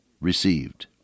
received